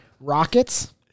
rockets